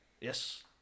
Yes